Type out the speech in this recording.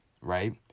right